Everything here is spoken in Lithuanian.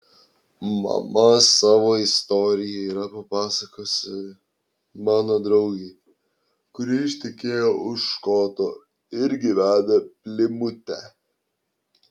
mama savo istoriją yra papasakojusi mano draugei kuri ištekėjo už škoto ir gyvena plimute